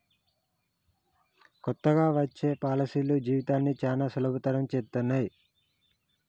కొత్తగా వచ్చే పాలసీలు జీవితాన్ని చానా సులభతరం చేత్తన్నయి